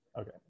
okay